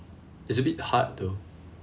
it's a bit hard though